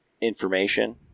information